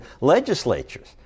legislatures